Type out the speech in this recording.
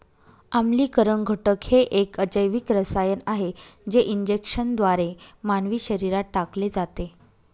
आम्लीकरण घटक हे एक अजैविक रसायन आहे जे इंजेक्शनद्वारे मानवी शरीरात टाकले जाते